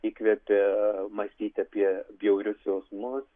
įkvėpė mąstyti apie bjaurius jausmus